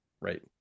Right